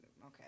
Okay